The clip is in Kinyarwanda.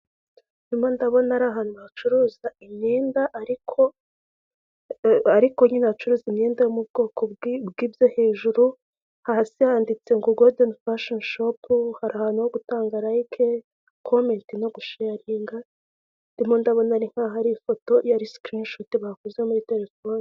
Ndimo ndabona ari ahantu hacuruza imyenda ariko ariko nyine hacuruzwa imyenda yo mu bwoko bwe bw'ibyo hejuru hasi handitse ngo godeni fashoni shopu, hari ahantu ho gutanga rayike komenti no gusheyaringa, ndimo ndabona ari nkaho ari ifoto iyi ari sikirini shuti bakoze muri telefone.